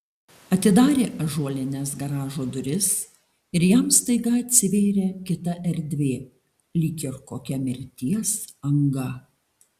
atidarė ąžuolines garažo duris ir jam staiga atsivėrė kita erdvė lyg ir kokia mirties anga